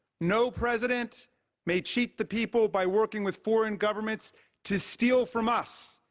no president may cheat the people by working with foreign governments to steal from us,